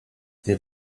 der